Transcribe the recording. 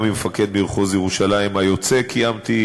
גם עם מפקד מחוז ירושלים היוצא קיימתי